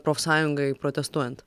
profsąjungai protestuojant